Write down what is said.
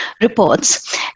reports